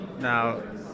Now